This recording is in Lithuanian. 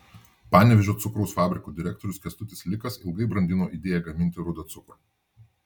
panevėžio cukraus fabriko direktorius kęstutis likas ilgai brandino idėją gaminti rudą cukrų